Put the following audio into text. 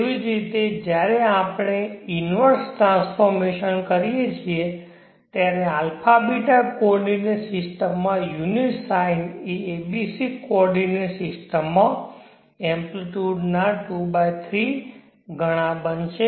તેવી જ રીતે જ્યારે આપણે ઈન્વર્સ ટ્રાન્સફોર્મશન કરીએ છીએ ત્યારે αβ કોઓર્ડિનેટ સિસ્ટમમાં યુનિટ sin એ abc કોઓર્ડિનેંટ સિસ્ટમમાં એમ્પ્લિટ્યુડ્સ ના 23 ગણા બનશે